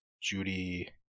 Judy